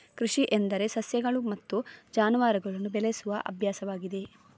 ಕೃಷಿ ಎಂದರೆ ಸಸ್ಯಗಳು ಮತ್ತು ಜಾನುವಾರುಗಳನ್ನು ಬೆಳೆಸುವ ಅಭ್ಯಾಸವಾಗಿದೆ